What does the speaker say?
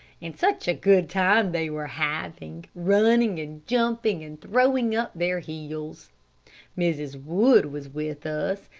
and such a good time they were having, running and jumping and throwing up their heels mrs. wood was with us,